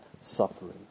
suffering